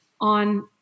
on